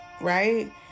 right